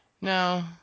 no